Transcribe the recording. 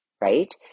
right